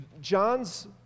John's